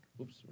Oops